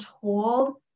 told